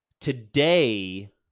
today